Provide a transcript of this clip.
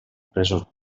presos